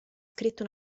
scritto